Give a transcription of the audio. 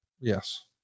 Yes